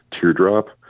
teardrop